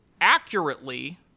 accurately